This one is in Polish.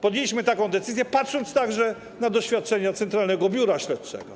Podjęliśmy taką decyzję, patrząc także na doświadczenia Centralnego Biura Śledczego.